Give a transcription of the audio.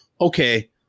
okay